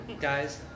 Guys